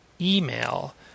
email